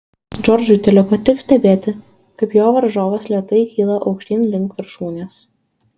džordžui teliko tik stebėti kaip jo varžovas lėtai kyla aukštyn link viršūnės